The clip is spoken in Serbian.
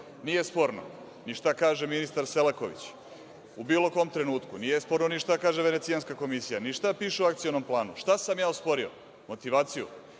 nije sporno ni šta kaže ministar Selaković u bilo kom trenutku, nije sporno ni šta kaže Venecijanska komisija, ni šta piše u Akcionom planu. Šta sam ja osporio? Motivaciju,